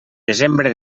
desembre